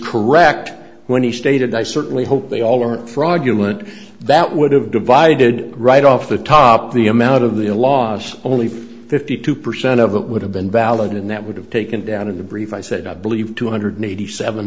correct when he stated i certainly hope they all are fraudulent that would have divided right off the top the amount of the laws only fifty two percent of it would have been valid and that would have taken down in the brief i said i believe two hundred eighty seven